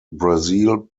brazil